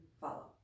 follow